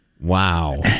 Wow